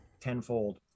tenfold